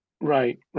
Right